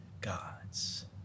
gods